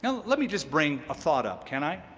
let me just bring a thought up can i?